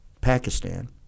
Pakistan